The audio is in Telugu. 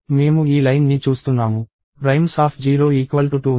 మేము ఈ లైన్ని చూస్తున్నాము primes02 ఉంది